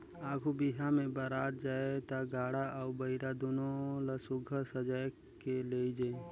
आघु बिहा मे बरात जाए ता गाड़ा अउ बइला दुनो ल सुग्घर सजाए के लेइजे